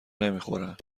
نمیخورن